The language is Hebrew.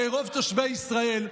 הרי רוב תושבי ישראל,